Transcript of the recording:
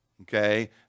okay